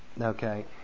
okay